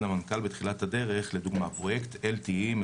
ונים